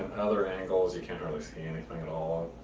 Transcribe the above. other angles you can't really see anything at all,